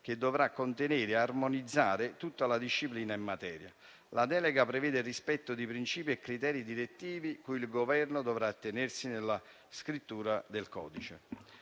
che dovrà contenere e armonizzare tutta la disciplina in materia. La delega prevede il rispetto di principi e criteri direttivi cui il Governo dovrà attenersi nella scrittura del codice.